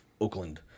Oakland